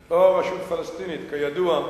אש"ף, לא הרשות הפלסטינית, כידוע,